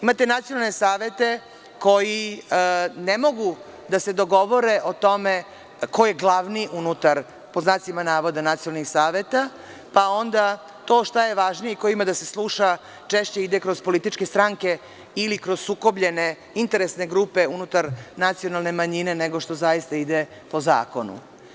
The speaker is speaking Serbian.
Imate nacionalne savete koji ne mogu da se dogovore o tome ko je glavni, pod znacima navoda, unutar nacionalnih saveta, pa onda to šta je važnije i ko ima da se sluša češće ide kroz političke stranke ili kroz sukobljene interesne grupe unutar nacionalne manjine, nego što zaista ide po zakonu.